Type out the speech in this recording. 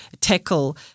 tackle